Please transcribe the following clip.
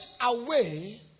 away